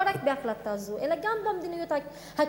לא רק בהחלטה זו אלא גם במדיניות הכללית